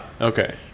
Okay